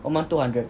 one month two hundred